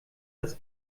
das